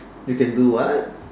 you can do what